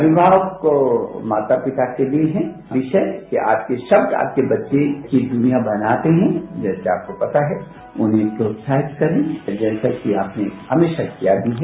अनिमावकों माता पिता के लिए है विषय कि आपके शब्द आपके बच्चे की दुनिया बनाते हैं जैसे आपको पता है उन्हों प्रोत्साहित करें जैसा कि आपने हमेशा किया भी है